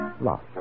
lost